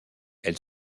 elle